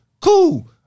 cool